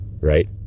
right